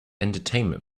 entertainment